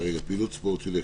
" (ט) פעילות ספורט של יחיד,